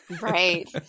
Right